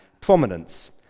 prominence